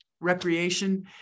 recreation